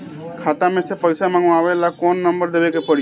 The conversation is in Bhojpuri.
खाता मे से पईसा मँगवावे ला कौन नंबर देवे के पड़ी?